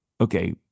Okay